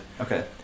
okay